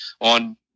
on